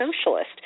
Socialist